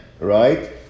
right